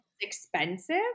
expensive